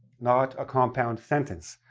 not a compound sentence.